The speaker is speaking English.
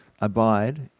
Abide